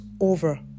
over